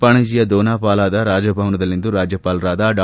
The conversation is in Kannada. ಪಣಜಿಯ ದೋನಾ ಪೌಲಾದ ರಾಜಭವನದಲ್ಲಿಂದು ರಾಜ್ಯಪಾಲರಾದ ಡಾ